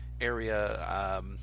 area